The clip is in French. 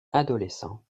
adolescents